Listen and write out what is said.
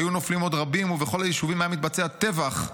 היו נופלים עוד רבים ובכל היישובים היה מתבצע טבח,